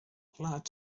plat